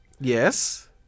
Yes